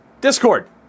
Discord